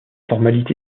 formalité